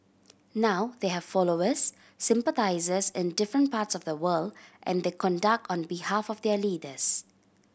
now they have followers sympathisers in different parts of the world and they conduct on behalf of their leaders